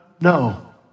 No